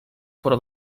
fora